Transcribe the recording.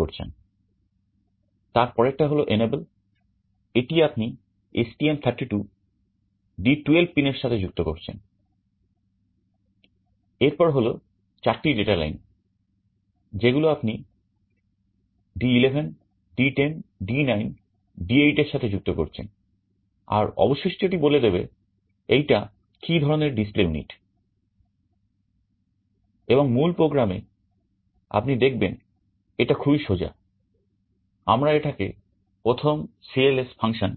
বলছি